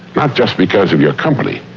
not just because of your company,